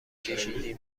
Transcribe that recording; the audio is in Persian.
کشیدی